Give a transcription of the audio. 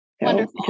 Wonderful